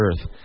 Earth